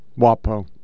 WAPO